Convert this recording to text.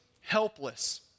helpless